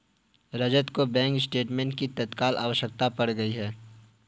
रजत को bank statement की तत्काल आवश्यकता पड़ गई है